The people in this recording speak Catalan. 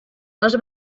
les